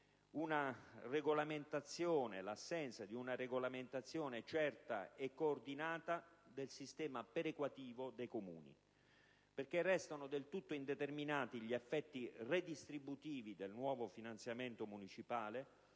risorse complessive; l'assenza di una regolamentazione certa e coordinata del sistema perequativo dei Comuni, perché restano del tutto indeterminati gli effetti redistributivi del nuovo finanziamento municipale,